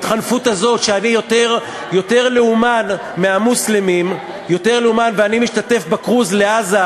כשאני יותר לאומן מהמוסלמים ואני משתתף בקרוז לעזה,